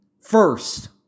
first